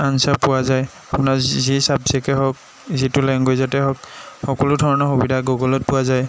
answer পোৱা যায় আপোনাৰ যি ছাবজ্টেই হওক যিটো লেংগুৱেজতেই হওক সকলো ধৰণৰ সুবিধা গুগলত পোৱা যায়